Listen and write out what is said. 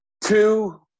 Two